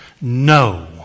No